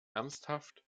ernsthaft